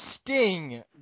Sting